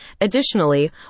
Additionally